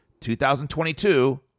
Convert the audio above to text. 2022